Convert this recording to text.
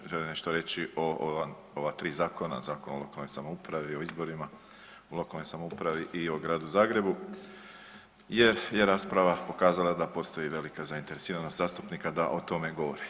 Evo želim nešto reći o ova tri zakona, Zakon o lokalnoj samoupravi, o izborima u lokalnoj samoupravi i o Gradu Zagrebu jer je rasprava pokazala da postoji velika zainteresiranost zastupnika da o tome govori.